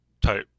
type